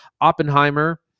oppenheimer